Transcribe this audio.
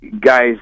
guys